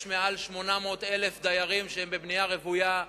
יש מעל ל-800,000 דיירים שהם בבנייה רוויה,